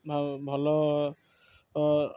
ଭଲ